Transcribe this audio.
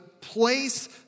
place